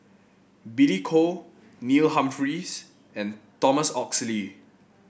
Billy Koh Neil Humphreys and Thomas Oxley